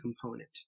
component